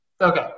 Okay